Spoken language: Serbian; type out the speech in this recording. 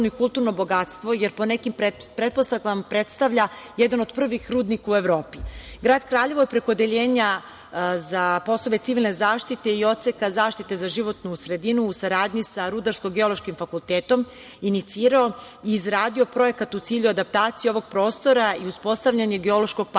i kulturno bogatstvo, jer po nekim pretpostavkama predstavlja jedan od prvih rudnika u Evropi. Grad Kraljevo je preko Odeljenja za poslove civilne zaštite i Odseka zaštite za životnu sredinu u saradnji sa Rudarsko-geološkim fakultetom inicirao i izradio projekat u cilju adaptacije ovog prostora i uspostavljanje geološkog parka.